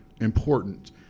important